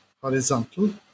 horizontal